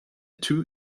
two